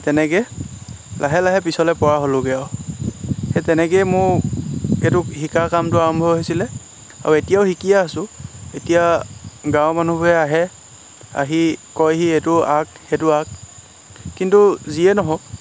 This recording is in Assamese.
তেনেকৈ লাহে লাহে পিছলৈ পৰা হ'লোঁগৈ আৰু সেই তেনেকেই মোৰ এইটো শিকাৰ কামটো আৰম্ভ হৈছিলে আৰু এতিয়াও শিকিয়ে আছোঁ এতিয়া গাঁৱৰ মানুহবোৰে আহে আহি কয়হি এইটো আঁক সেইটো আঁক কিন্তু যিয়ে নহওক